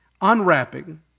Unwrapping